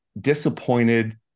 disappointed